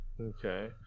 okay